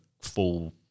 full